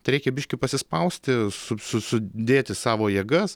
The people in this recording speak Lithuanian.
tereikia biškį pasispausti su su sudėti savo jėgas